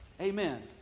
Amen